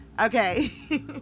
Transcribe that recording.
okay